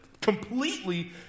completely